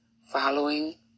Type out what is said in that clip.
following